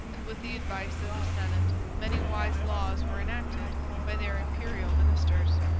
and with the advice of the senate many wise laws were enacted by their imperial ministers,